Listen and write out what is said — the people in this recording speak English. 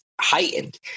heightened